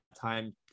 time